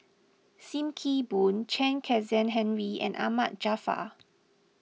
Sim Kee Boon Chen Kezhan Henri and Ahmad Jaafar